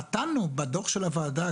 נתנו בדוח של הוועדה